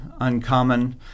Uncommon